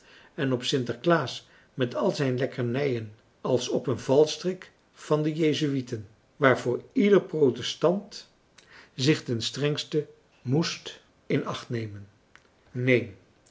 en op sinterklaas met al zijn lekkernijen als op een valstrik van de jezuïeten waarvoor ieder protestant zich ten strengste moest in acht nemen neen